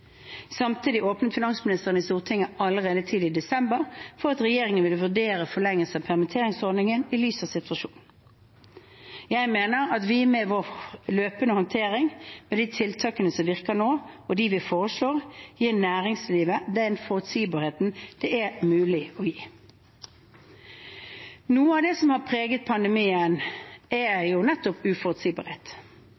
Samtidig åpnet finansministeren i Stortinget allerede tidlig i desember for at regjeringen ville vurdere en forlengelse av permitteringsordningen i lys av situasjonen. Jeg mener at vi med vår løpende håndtering, med de tiltakene som virker nå, og dem vi foreslår, gir næringslivet den forutsigbarheten det er mulig å gi. Noe av det som har preget pandemien, er